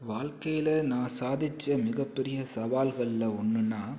வாழ்க்கையில் நான் சாதிச்ச மிகப்பெரிய சவால்களில் ஒன்றுனா